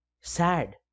sad